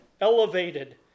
elevated